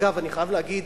אגב, אני חייב להגיד,